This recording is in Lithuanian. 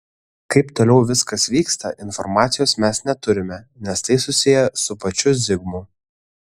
kaip toliau viskas vyksta informacijos mes neturime nes tai susiję su pačiu zigmu